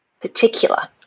particular